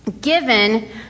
given